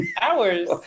hours